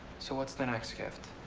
so, what's the next gift?